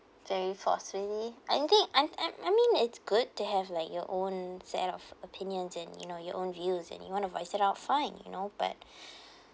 they force really I think I I I mean it's good to have like your own set of opinions and you know your own views and you want to voice it out fine you know but